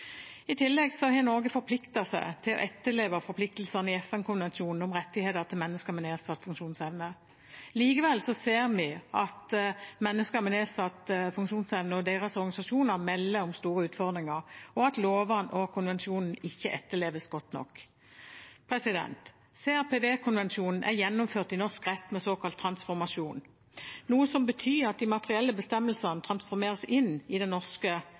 I tillegg har Norge forpliktet seg til å etterleve forpliktelsene i FN-konvensjonen om rettighetene til mennesker med nedsatt funksjonsevne. Likevel ser vi at mennesker med nedsatt funksjonsevne og deres organisasjoner melder om store utfordringer, og at lovene og konvensjonen ikke etterleves godt nok. CRPD-konvensjonen er gjennomført i norsk rett med såkalt transformasjon, noe som betyr at de materielle bestemmelsene transformeres inn i den ordinære norske